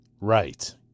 Right